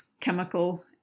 chemical